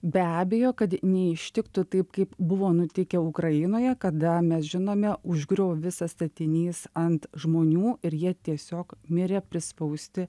be abejo kad neištiktų taip kaip buvo nutikę ukrainoje kada mes žinome užgriuvo visas statinys ant žmonių ir jie tiesiog mirė prispausti